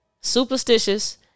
Superstitious